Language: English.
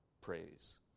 praise